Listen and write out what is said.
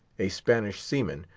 a spanish seaman,